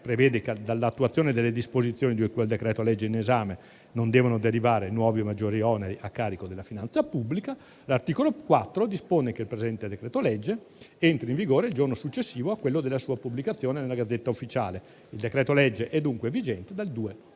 prevede che dall'attuazione delle disposizioni di cui al decreto-legge in esame non debbano derivare nuovi o maggiori oneri a carico della finanza pubblica. L'articolo 4 dispone che il presente decreto-legge entri in vigore il giorno successivo a quello della sua pubblicazione nella *Gazzetta Ufficiale*. Il decreto-legge è dunque vigente dal 2